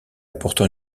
pourtant